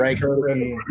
right